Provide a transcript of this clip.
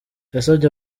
yasabye